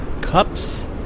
cups